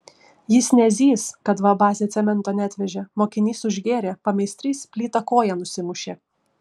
jis nezys kad va bazė cemento neatvežė mokinys užgėrė pameistrys plyta koją nusimušė